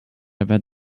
about